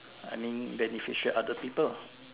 I mean beneficial other people